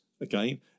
Again